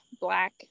black